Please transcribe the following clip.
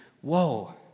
whoa